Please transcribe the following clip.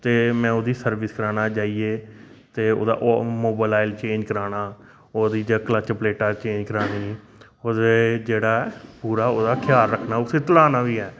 ते मैं ओह्दी सर्विस कराना जाइयै ते ओह्दा मोबलाइल चेंज कराना ओह्दी जेह्ड़ी क्लच प्लेटां चेंज करानी ओह्दा जेह्ड़ा ऐ पूरा ओह्दा ख्याल रक्खना उसी धुलाना बी ऐ